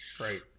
Right